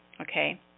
Okay